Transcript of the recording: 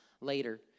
later